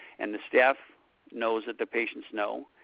and the staff knows that the patients know,